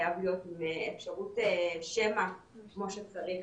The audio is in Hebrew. חייב להיות עם אפשרות שמע כמו שצריך.